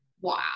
wow